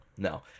No